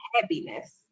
happiness